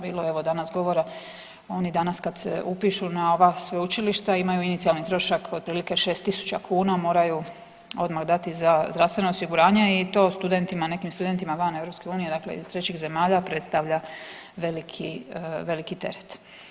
Bilo je evo danas govora oni danas kad se upišu na ova sveučilišta imaju inicijalni trošak, otprilike 6.000 kuna moraju odmah dati za zdravstveno osiguranje i to studentima, nekim studentima van EU, dakle iz trećih zemalja predstavlja veliki, veliki teret.